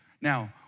Now